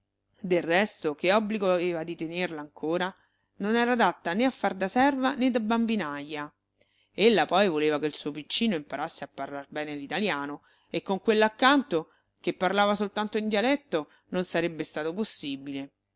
del resto che obbligo aveva di tenerla ancora non era adatta né a far da serva né da bambinaja ella poi voleva che il suo piccino imparasse a parlar bene l'italiano e con quella accanto che parlava soltanto in dialetto non sarebbe stato possibile